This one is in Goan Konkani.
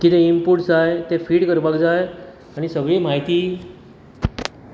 कितें इन्पुट्स जाय ते फिट करपाक जाय आनी सगळी म्हायती